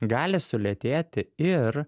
gali sulėtėti ir